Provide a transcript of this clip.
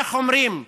איך אומרים?